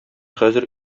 хәзер